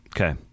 Okay